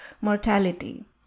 mortality